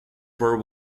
were